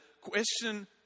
question